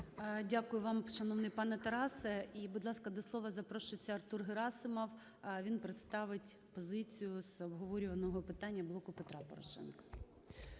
Дякую вам, шановний пане Тарасе. І, будь ласка, до слова запрошується Артур Герасимов, він представить позицію з обговорюваного питання "Блоку Петра Порошенка".